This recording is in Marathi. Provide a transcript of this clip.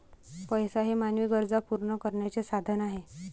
पैसा हे मानवी गरजा पूर्ण करण्याचे साधन आहे